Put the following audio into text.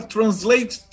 Translate